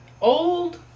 Old